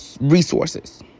resources